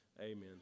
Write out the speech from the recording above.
amen